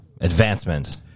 advancement